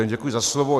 Děkuji za slovo.